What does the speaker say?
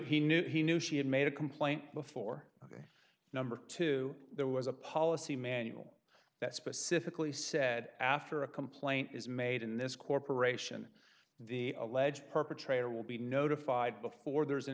he knew he knew she had made a complaint before ok number two there was a policy manual that specifically said after a complaint is made in this corporation the alleged perpetrator will be notified before there's an